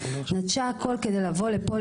נטשה הכול כדי לבוא לפה,